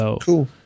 Cool